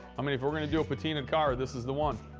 i mean, if we're gonna do a patina'd car, this is the one.